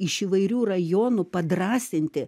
iš įvairių rajonų padrąsinti